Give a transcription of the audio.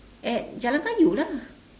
at jalan-kayu lah